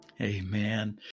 Amen